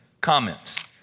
comments